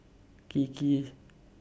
Kiki